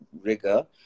rigor